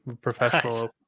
professional